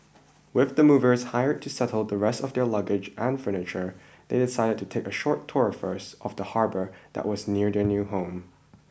with the movers hired to settle the rest of their luggage and furniture they decided to take a short tour first of the harbour that was near their new home